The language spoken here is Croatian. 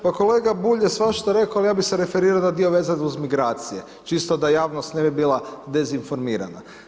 Pa kolega Bulj je svašta rekao, al ja bi se referirao na dio vezan uz migracije, čisto da javnost ne bi bila dezinformirana.